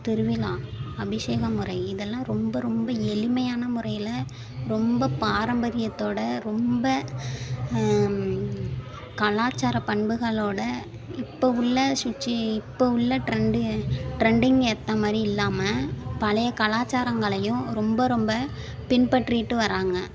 திருவிழா அபிஷேகம் முறை இதெல்லாம் ரொம்ப ரொம்ப எளிமையான முறையில் ரொம்ப பாரம்பரியத்தோடு ரொம்ப கலாச்சார பண்புகளோடு இப்போ உள்ள சுச்சி இப்போ உள்ள ட்ரெண்டு ட்ரெண்டிங் ஏற்ற மாதிரி இல்லாமல் பழைய கலாச்சாரங்களையும் ரொம்ப ரொம்ப பின்பற்றிட்டு வர்றாங்க